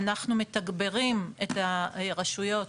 אנחנו מתגברים את הרשויות